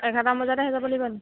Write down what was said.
এঘৰটামান বজাতে আহি যাব লাগিব নেকি